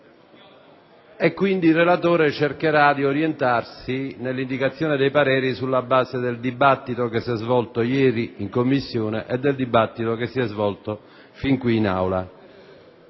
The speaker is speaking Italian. canoniche. Il relatore cercherà di orientarsi nell'indicazione dei pareri sulla base del dibattito che si è svolto ieri in Commissione e del dibattito che si è svolto fin qui in Aula.